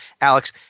Alex